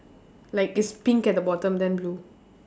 like it's pink at the bottom then blue